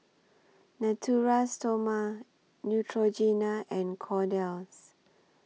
Natura Stoma Neutrogena and Kordel's